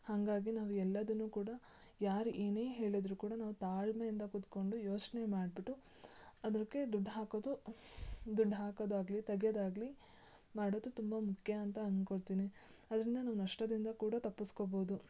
ಹಾಗಾಗಿ ನಾವು ಎಲ್ಲದನ್ನು ಕೂಡ ಯಾರು ಏನೇ ಹೇಳಿದರೂ ಕೂಡ ನಾವು ತಾಳ್ಮೆಯಿಂದ ಕುತ್ಕೊಂಡು ಯೋಚನೆ ಮಾಡಿಬಿಟ್ಟು ಅದಕ್ಕೆ ದುಡ್ಡು ಹಾಕೋದು ದುಡ್ಡು ಹಾಕೋದಾಗಲೀ ತೆಗ್ಯದ್ ಆಗಲೀ ಮಾಡೋದು ತುಂಬ ಮುಖ್ಯ ಅಂತ ಅನ್ಕೊಳ್ತೀನಿ ಅದರಿಂದ ನಾವು ನಷ್ಟದಿಂದ ಕೂಡ ತಪ್ಪಿಸ್ಕೋಬೋದು